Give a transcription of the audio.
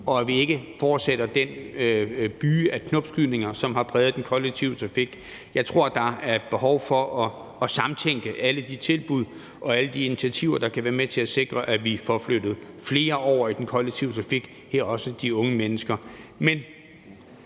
og så vi ikke fortsætter den byge af knopskydninger, som har præget den kollektive trafik. Jeg tror, at der er behov for at sammentænke alle de tilbud og alle de initiativer, der kan være med til at sikre, at vi får flyttet flere over i den kollektive trafik, herunder også de unge mennesker.